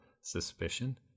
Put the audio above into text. suspicion